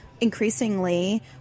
increasingly